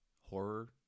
horror